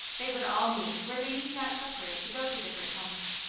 they would all meet where they need not separate to go to different homes.